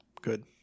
good